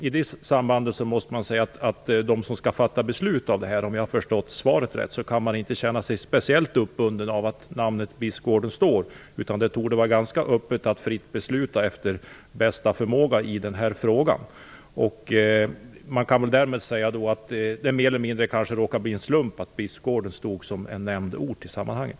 I det sammanhanget måste man säga att de som skall fatta beslut på det här området inte kan känna sig speciellt uppbundna av att namnet Bispgården står där. Det torde vara ganska öppet för att fritt besluta efter bästa förmåga. Man kan väl därmed säga att det var mer eller mindre en slump att Bispgården nämns som ort.